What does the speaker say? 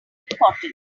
important